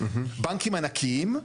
בנקים ענקיים,